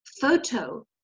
Photo